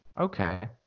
Okay